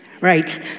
Right